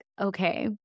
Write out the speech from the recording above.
okay